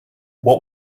what